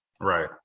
Right